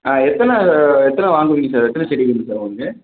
எத்தனை எத்தனை வாங்குவிங்க சார் எத்தனை செடி வேணும் சார் உங்களுக்கு